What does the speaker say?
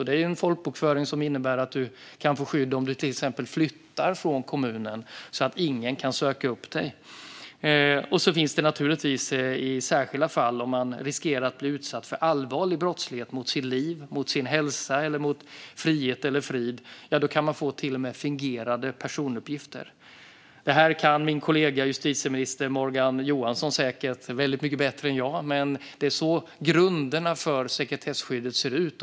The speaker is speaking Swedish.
Det är en folkbokföring som innebär att man kan få skydd om man till exempel flyttar från kommunen så att ingen kan söka upp en. Man kan också i särskilda fall, om man riskerar att bli utsatt för allvarlig brottslighet mot sitt liv, mot sin hälsa eller mot sin frihet eller frid, till och med få fingerade personuppgifter. Det här kan min kollega justitieminister Morgan Johansson säkert väldigt mycket bättre än jag, men det är så grunderna för sekretesskyddet ser ut.